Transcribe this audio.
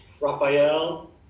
Raphael